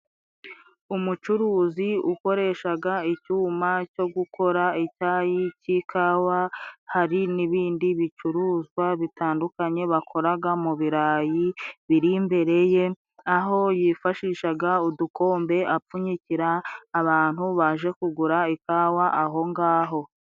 Umucuruzi ukoreshaga icyuma cyo gukora icyayi cy'ikawa, hari n'ibindi bicuruzwa bitandukanye bakoraga mu birayi biri imbere ye, aho yifashishaga udukombe apfunyikira abantu baje kugura ikawa ahongaho.